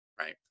right